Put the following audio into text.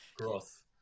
Gross